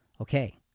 Okay